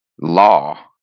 law